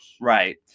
Right